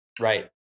Right